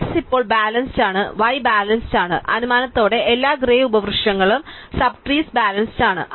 അതിനാൽ x ഇപ്പോൾ balanced ആണ് y ബാലൻസ്ഡ് ആണ് അനുമാനത്തോടെ എല്ലാ ഗ്രെയ് ഉപവൃക്ഷങ്ങളും സബ് ട്രീസ് ബാലൻസ്ഡ് ആണ്